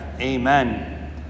amen